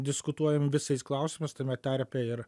diskutuojam visais klausimais tame tarpe ir